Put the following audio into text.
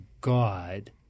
God